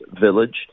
village